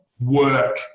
work